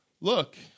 Look